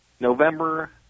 November